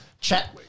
chat